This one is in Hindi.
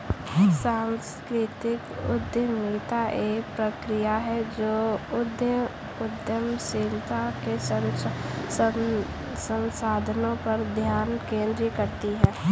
सांस्कृतिक उद्यमिता एक प्रक्रिया है जो उद्यमशीलता के संसाधनों पर ध्यान केंद्रित करती है